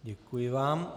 Děkuji vám.